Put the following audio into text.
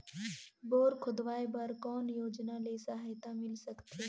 Bore खोदवाय बर कौन योजना ले सहायता मिल सकथे?